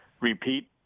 repeat